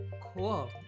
Cool